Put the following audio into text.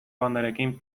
bandarekin